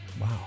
wow